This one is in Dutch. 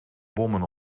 bommen